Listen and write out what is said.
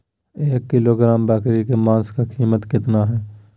एक किलोग्राम बकरी के मांस का कीमत कितना है?